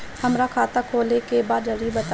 हमरा खाता खोले के बा जरा बताई